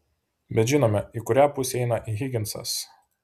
bet žinome į kurią pusę eina higinsas